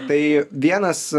tai vienas